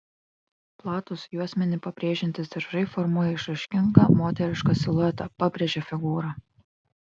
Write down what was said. platūs juosmenį pabrėžiantys diržai formuoja išraiškingą moterišką siluetą pabrėžia figūrą